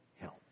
help